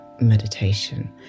meditation